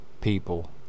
people